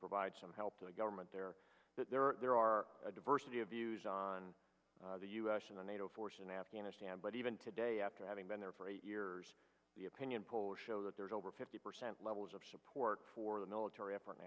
provide some help to the government there that there are there are a diversity of views on the u s in the nato force in afghanistan but even today after having been there for eight years the opinion polls show that there's over fifty percent levels of support for the military effort in